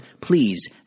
please